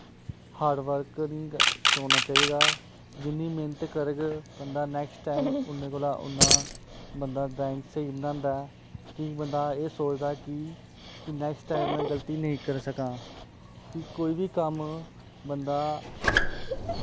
hard work निं छोड़ना चाहिदा जिन्नी मैह्नत करग बंदा नैकस्ट टाईम उ'न्नै कोला उ'न्ना बंदा ड्राईंग स्हेई बनांदा कि बंदा एह् सोचदा कि नैकस्ट टाईम में गलती नेंई करी सकां कि कोई बी कम्म बंदा